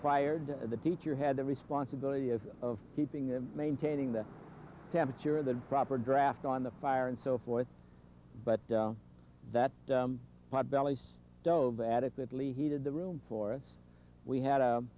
fired the teacher had the responsibility of keeping the maintaining the temperature of the proper draft on the fire and so forth but that pot bellies dove adequately heated the room for we had